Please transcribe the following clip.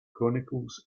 chronicles